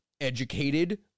educated